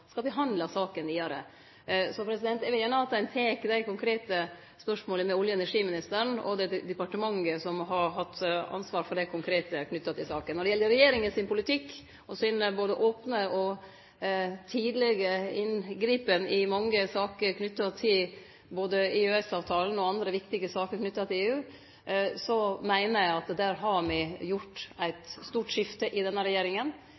saka vidare. Eg vil gjerne at ein tek dei konkrete spørsmåla med olje- og energiministeren og det departementet som har hatt ansvar for det konkrete knytt til saka. Når det gjeld regjeringas politikk, og både opne og tidlege inngrep i mange saker knytte til EØS-avtalen, og andre viktige saker knytte til EU, meiner eg at der har me gjort eit stort skifte med denne regjeringa.